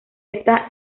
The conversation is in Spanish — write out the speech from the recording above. está